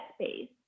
space